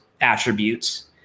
attributes